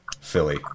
Philly